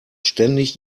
ständig